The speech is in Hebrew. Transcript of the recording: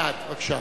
בבקשה.